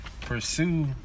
pursue